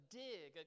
dig